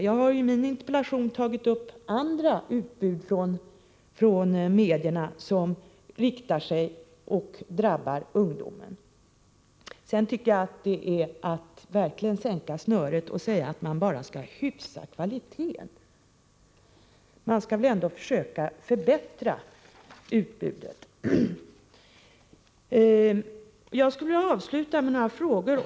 Jag har i min interpellation tagit upp andra utbud från medierna som riktar sig till — och drabbar — ungdomen. För det andra tycker jag att det verkligen är att sänka snöret att säga att man bara skall ”hyfsa kvaliteten”. Man skall väl ändå försöka förbättra utbudet. Jag skulle vilja avsluta med några frågor.